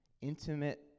intimate